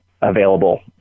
available